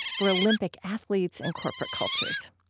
for olympic athletes and corporate cultures.